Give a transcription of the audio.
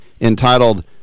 entitled